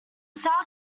south